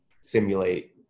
simulate